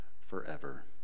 forever